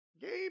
Game